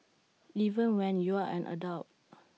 even when you're an adult